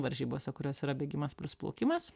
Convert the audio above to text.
varžybose kurios yra bėgimas plius plaukimas